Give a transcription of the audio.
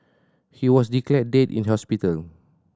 he was declared dead in hospital